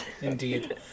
indeed